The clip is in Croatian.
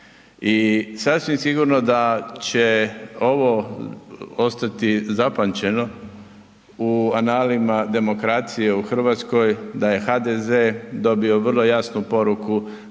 sasvim sigurno da će ovo ostati zapamćeno u analima demokracije u Hrvatskoj da je HDZ dobio vrlo jasnu poruku